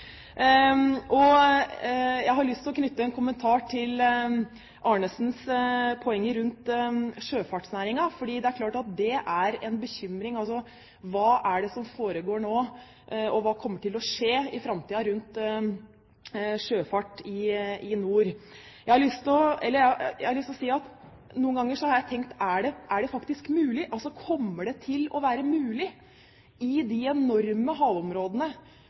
Og jeg har lyst til å knytte en kommentar til Arnesens poenger rundt sjøfartsnæringen. For det er klart at det er en bekymring: Hva foregår nå, og hva kommer til å skje i framtiden rundt sjøfart i nord? Noen ganger har jeg tenkt: Kommer det til å